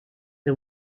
the